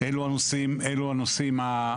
אלו הנושאים המרכזיים.